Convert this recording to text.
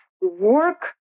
work